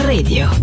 Radio